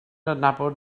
adnabod